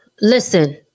listen